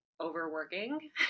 overworking